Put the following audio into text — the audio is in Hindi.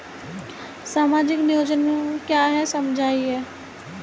सामाजिक नियोजन क्या है समझाइए?